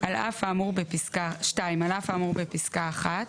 (2)על אף האמור בפסקה (1)